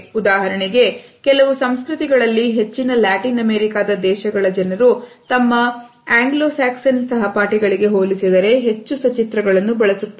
ಉದಾಹರಣೆಗೆ ಕೆಲವು ಸಂಸ್ಕೃತಿಗಳಲ್ಲಿ ಹೆಚ್ಚಿನ ಲ್ಯಾಟಿನ್ ಅಮೆರಿಕದ ದೇಶಗಳಲ್ಲಿ ಜನರು ತಮ್ಮ ಆಂಗ್ಲೋ ಸಾಕ್ಸನ್ ಸಹಪಾಠಿಗಳಿಗೆ ಹೋಲಿಸಿದರೆ ಹೆಚ್ಚು ಸಚಿತ್ರ ಗಳನ್ನು ಬಳಸುತ್ತಾರೆ